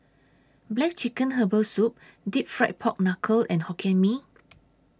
Black Chicken Herbal Soup Deep Fried Pork Knuckle and Hokkien Mee